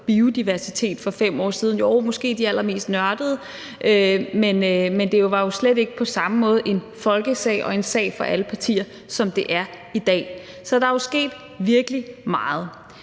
biodiversitet for 5 år siden. Jo, måske de allermest nørdede, men det var jo slet ikke på samme måde en folkesag og en sag for alle partier, som det er i dag. Så der er jo sket virkelig meget.